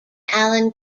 allen